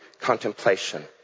contemplation